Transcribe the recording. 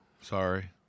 Sorry